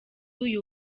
uyu